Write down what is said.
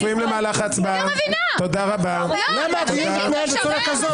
הרשימה הערבית המאוחדת): למה הדיון מתנהל בצורה כזאת?